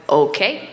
okay